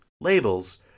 Labels